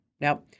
Now